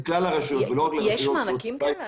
וזה לכלל הרשויות --- יש מענקים כאלה?